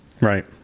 Right